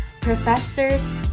professors